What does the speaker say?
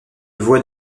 voie